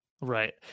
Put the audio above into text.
Right